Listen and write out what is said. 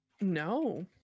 No